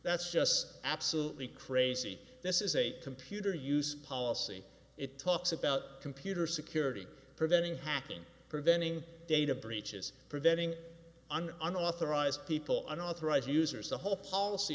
that's just absolutely crazy this is a computer use policy it talks about computer security preventing backing preventing data breaches preventing an unauthorized people are authorized users the whole policy